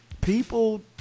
people